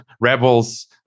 rebels